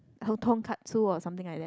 Katsu or something like thar